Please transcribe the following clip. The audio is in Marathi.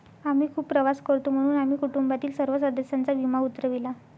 आम्ही खूप प्रवास करतो म्हणून आम्ही कुटुंबातील सर्व सदस्यांचा विमा उतरविला